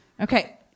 Okay